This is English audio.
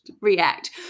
react